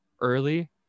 early